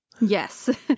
Yes